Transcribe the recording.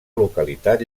localitat